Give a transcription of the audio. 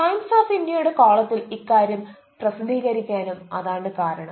times of ഇന്ത്യയുടെ കോളത്തിൽ ഇക്കാര്യം പ്രസീധീകരിക്കാനും അതാണ് കാരണം